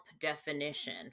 definition